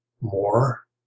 more